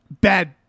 bad